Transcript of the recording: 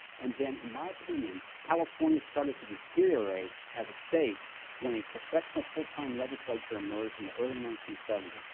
and then, in my opinion, california started to deteriorate as a state when a professional, full-time legislature emerged in the early nineteen seventy s.